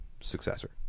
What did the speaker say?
successor